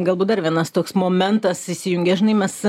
galbūt dar vienas toks momentas įsijungia žinai mes